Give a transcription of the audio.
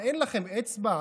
מה, אין לכם אצבע?